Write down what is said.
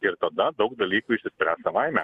ir tada daug dalykų išsispręs savaime